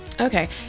Okay